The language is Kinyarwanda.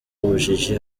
ubujiji